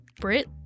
brit